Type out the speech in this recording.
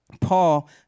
Paul